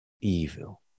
evil